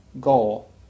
goal